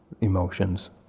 emotions